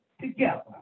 together